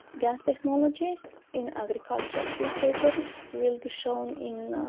gans technology in agriculture. this paper will be shown in.